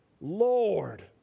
Lord